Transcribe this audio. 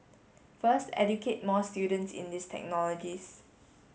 first educate more students in these technologies